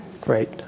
Great